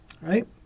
right